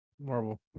Marvel